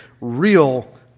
real